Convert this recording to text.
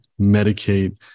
medicate